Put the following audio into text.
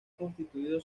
constituido